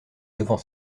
devant